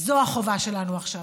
זו החובה שלנו עכשיו.